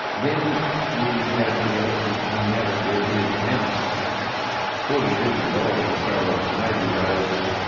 then we had the election with tony abbott where he announced forty billion dollars or so of major roads,